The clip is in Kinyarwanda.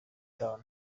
down